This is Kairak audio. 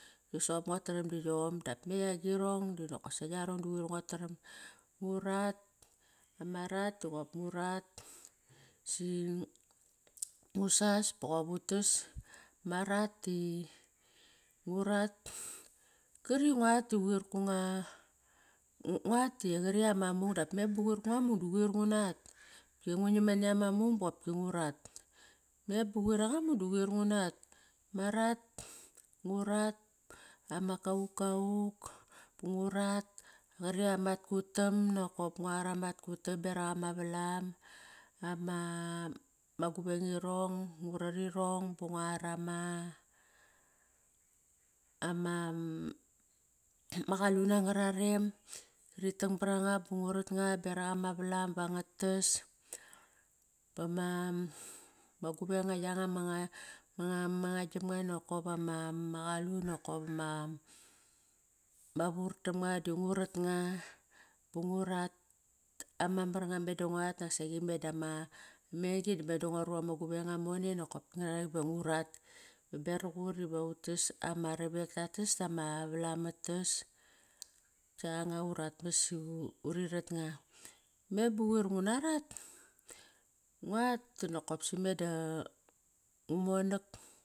Soqop ngua taram di yom. Dap me agirong danakosa yarong da quir nguat taram. Ngurat ama rat doqop ngu rat si ngu sas boqop utas. Ma rat di ngu rat kari nguat di quir konga, nguat da qari ama mung dap me ba quir guanga mung da quir ngunat. Ingu nam nani ama mung bopki nguarat. Me ba quir anga mung da quir ngurat. Ma rat, ngu rat ama kaukau, ngu rat, qari amat kutam nakop nguar ama kutam beraq ama valam. Ama guveng irong, ngu rar irong ba nguar ama, ama qalun angara rem, rit tang bar anga ba ngu rat nga beraq ama valam ba ngat tas, bama guvenga yanga ma ngaktam nga nokop ama qalun nakop ama vur dam nga di ngu rat anga. Ba ngu rat ama mar nga, meda nguat naksaqi meda dama megi dam me da ngua ru ama guvenga mone nokop patnga rarang iva ngurat beraq ut iva utas. Ama rovek tatas dama valam nga tas kianga urat mas i uri rat nga. Me ba quir ngu na rat? Nguat, da nokop si me da ngu monak.